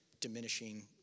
diminishing